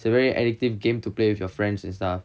it's a very addictive game to play with your friends and stuff